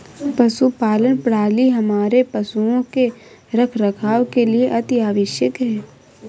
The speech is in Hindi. पशुपालन प्रणाली हमारे पशुओं के रखरखाव के लिए अति आवश्यक है